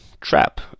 trap